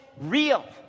real